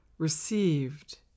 received